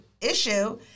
issue